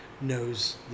knows